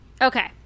Okay